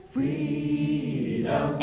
Freedom